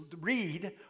read